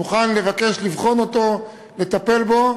אני מוכן לבקש לבחון אותו, לטפל בו.